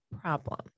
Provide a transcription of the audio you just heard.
problem